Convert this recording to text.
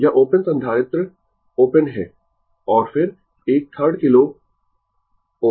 यह ओपन संधारित्र ओपन है और फिर 1 3rd किलो Ω